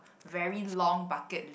very long bucket list